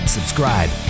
Subscribe